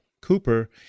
Cooper